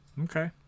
Okay